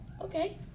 Okay